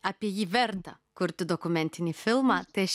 apie jį verta kurti dokumentinį filmą tai aš